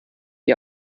ihr